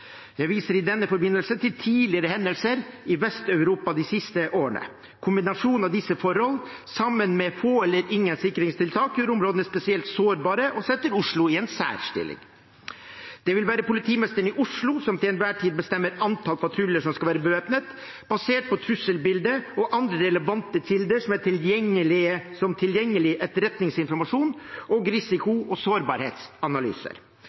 Jeg viser i denne forbindelse til tidligere hendelser i Vest-Europa de siste årene. Kombinasjonen av disse forholdene sammen med få eller ingen sikringstiltak gjør områdene spesielt sårbare og setter Oslo i en særstilling. Det vil være politimesteren i Oslo som til enhver tid bestemmer antall patruljer som skal være bevæpnet, basert på trusselbildet og andre relevante kilder, som tilgjengelig etterretningsinformasjon og